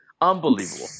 Unbelievable